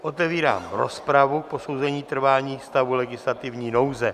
Otevírám rozpravu k posouzení trvání stavu legislativní nouze.